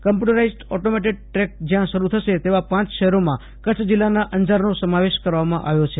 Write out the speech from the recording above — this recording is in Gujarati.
કોમ્પ્યુટરાઇઝડ ઓટોમેટેડ ટ્રેકસ જયાં શરૂ થશે તેવા પાંચ શહેરોમાં કચ્છ જિલ્લાના અંજારનો સમાવેશ કરવામાં આવ્યો છે